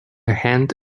hand